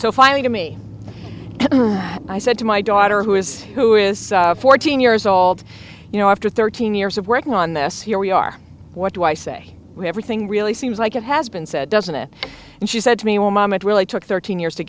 so finally to me i said to my daughter who is who is fourteen years old you know after thirteen years of working on this here we are what do i say we're thing really seems like it has been said doesn't it and she said to me one moment really took thirteen years to